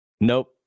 Nope